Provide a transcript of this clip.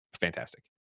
Fantastic